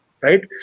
right